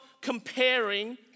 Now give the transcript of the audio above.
comparing